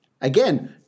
Again